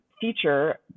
feature